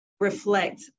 Reflect